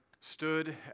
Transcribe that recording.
stood